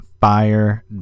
Fire